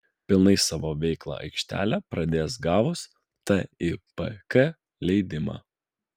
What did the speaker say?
pilnai savo veiklą aikštelė pradės gavus tipk leidimą